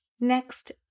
Next